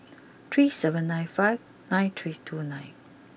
three seven nine five nine three two nine